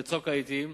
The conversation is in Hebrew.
בצוק העתים,